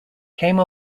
came